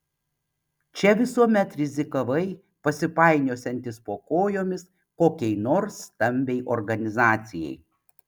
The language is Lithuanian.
čia visuomet rizikavai pasipainiosiantis po kojomis kokiai nors stambiai organizacijai